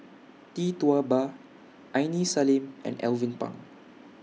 Tee Tua Ba Aini Salim and Alvin Pang